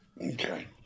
Okay